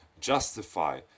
justify